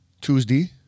Tuesday